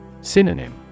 Synonym